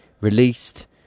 Released